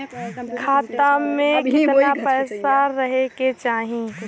खाता में कितना पैसा रहे के चाही?